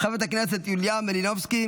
חברת הכנסת יוליה מלינובסקי,